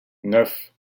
neuf